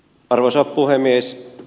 arvoisa puhemies